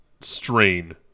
strain